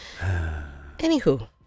anywho